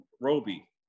Roby